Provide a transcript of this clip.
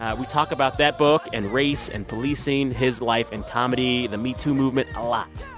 um we talk about that book and race and policing, his life and comedy, the metoo movement a lot.